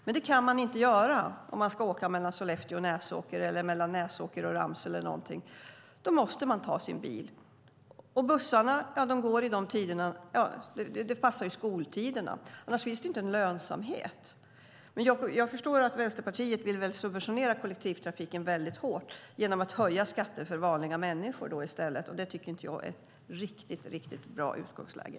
Men det kan man inte göra om man ska åka mellan Sollefteå och Näsåker, mellan Näsåker och Ramsele eller så, utan då måste man ta sin bil. Bussarna passar skoltiderna. Annars finns det ingen lönsamhet. Men jag förstår att Vänsterpartiet vill subventionera kollektivtrafiken hårt genom att höja skatterna för vanliga människor i stället. Men det tycker jag inte är så bra utgångsläge.